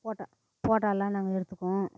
photo photo எல்லாம் நாங்கள் எடுத்துக்குவோம்